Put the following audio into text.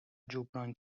جبران